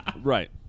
Right